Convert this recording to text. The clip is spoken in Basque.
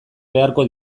beharko